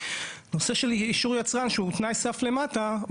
נושא אישור יצרן שהוא תנאי סף למטה,